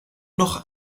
noch